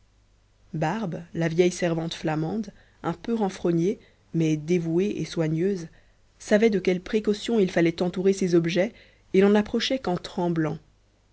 barbe la vieille servante flamande un peu renfrognée mais dévouée et soigneuse savait de quelles précautions il fallait entourer ces objets et n'en approchait qu'en tremblant